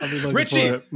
Richie